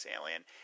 alien